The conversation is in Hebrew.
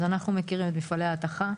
אז אנחנו מכירים את מפעלי ההתכה.